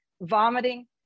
vomiting